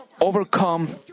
overcome